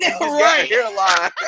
Right